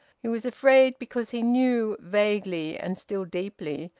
he was afraid because he knew, vaguely and still deeply,